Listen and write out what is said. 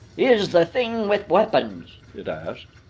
is the thing with weapons? it asked.